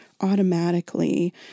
automatically